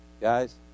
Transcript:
Guys